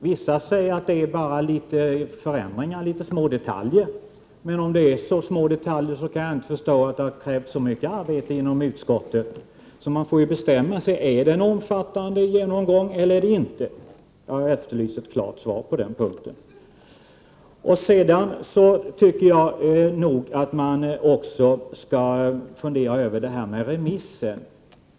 Vissa säger att man bara gjort små detaljjusteringar. Men om så är fallet kan jag inte förstå att det krävts så mycket arbete inom utskottet. Man får alltså bestämma sig: Är det en omfattande genomgång eller inte? Jag efterlyser ett klart svar på den punkten. Jag tycker också att man bör fundera över frågan om remissen.